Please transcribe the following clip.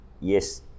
yes